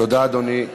תודה, אדוני.